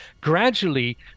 gradually